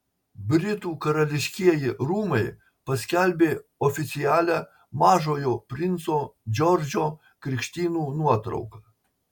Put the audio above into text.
britų karališkieji rūmai paskelbė oficialią mažojo princo džordžo krikštynų nuotrauką